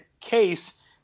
case